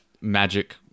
magic